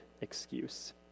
excuse